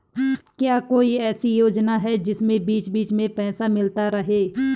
क्या कोई ऐसी योजना है जिसमें बीच बीच में पैसा मिलता रहे?